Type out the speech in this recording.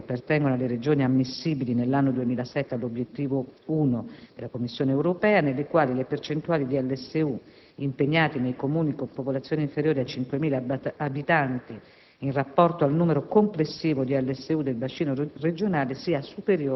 di queste, il 60 per cento sarà assegnato ai Comuni che appartengono alle Regioni ammissibili nell'anno 2007 all'obiettivo 1 della Commissione europea nelle quali le percentuali di lavoratori socialmente utili impegnati nei Comuni con popolazione inferiore ai 5.000 abitanti